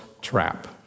trap